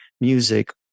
Music